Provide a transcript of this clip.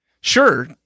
Sure